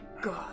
god